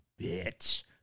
bitch